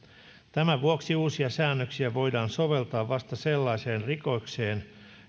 tämän vuoksi uusia säännöksiä voidaan soveltaa vasta sellaiseen rikokseen